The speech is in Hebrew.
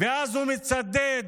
ואז הוא מצדד